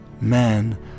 Man